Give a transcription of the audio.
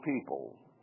people